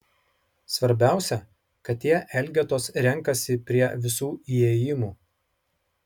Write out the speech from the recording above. svarbiausia kad tie elgetos renkasi prie visų įėjimų